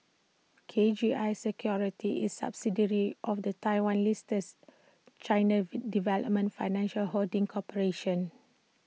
K G I securities is A subsidiary of the Taiwan listed China development financial holding corporation